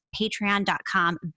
patreon.com